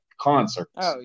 concerts